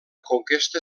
conquesta